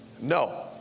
No